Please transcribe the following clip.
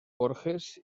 borges